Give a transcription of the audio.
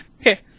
Okay